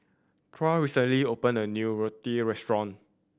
Troy recently opened a new Raita restaurant